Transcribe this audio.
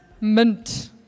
Mint